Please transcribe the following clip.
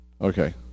Okay